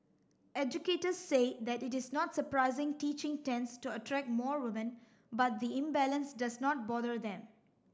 educators said that it is not surprising teaching tends to attract more women but the imbalance does not bother them